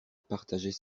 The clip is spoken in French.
partageait